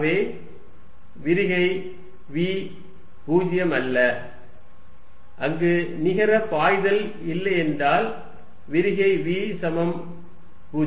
ஆகவே விரிகை v பூஜ்ஜியம் அல்ல அங்கு நிகர பாய்தல் இல்லையென்றால் விரிகை v சமம் 0